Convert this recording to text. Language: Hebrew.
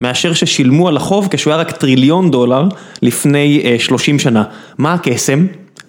מאשר ששילמו על החוב כשהוא היה רק טריליון דולר לפני שלושים שנה, מה הקסם?